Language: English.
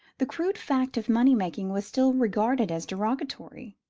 the crude fact of money-making was still regarded as derogatory,